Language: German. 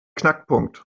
knackpunkt